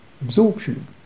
absorption